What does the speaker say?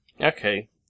Okay